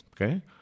Okay